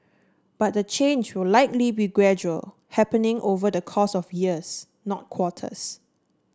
but the change will likely be gradual happening over the course of years not quarters